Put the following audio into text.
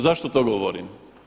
Zašto to govorim?